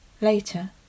Later